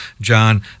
john